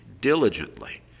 diligently